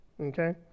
okay